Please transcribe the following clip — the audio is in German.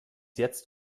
jetzt